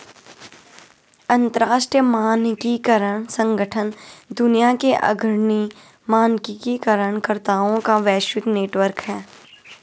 अंतर्राष्ट्रीय मानकीकरण संगठन दुनिया के अग्रणी मानकीकरण कर्ताओं का वैश्विक नेटवर्क है